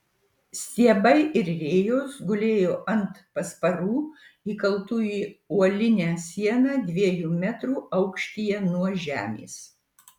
stiebai ir rėjos gulėjo ant pasparų įkaltų į uolinę sieną dviejų metrų aukštyje nuo žemės